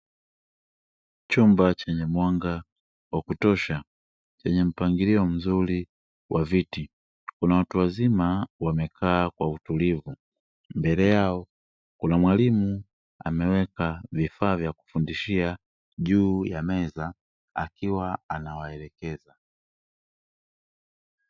Chumba chenye mwanga wa kutosha lenye mpangilio mzuri wa viti kuna watu wazima wamekaa kwa utulivu mbele yao kuna mwalimu ameweka vifaa vya kufundishia juu ya meza akiwa anawaelekeza.